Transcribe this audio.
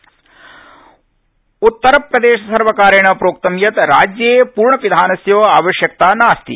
उत्तर प्रदेश उत्तर प्रदेश सर्वकारेण प्रोक्तं यत् राज्ये पूर्णपिधानस्य आवश्यकता नास्ति